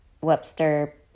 Webster